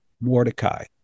Mordecai